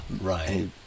right